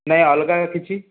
ନାହିଁ ଅଲଗା କିଛି